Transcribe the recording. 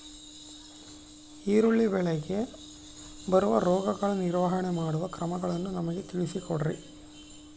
ಈರುಳ್ಳಿ ಬೆಳೆಗೆ ಬರುವ ರೋಗಗಳ ನಿರ್ವಹಣೆ ಮಾಡುವ ಕ್ರಮಗಳನ್ನು ನಮಗೆ ತಿಳಿಸಿ ಕೊಡ್ರಿ?